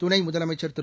துணை முதலமைச்சர் திரு